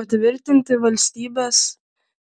patvirtinti valstybės